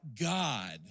God